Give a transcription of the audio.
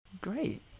Great